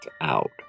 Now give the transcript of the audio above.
out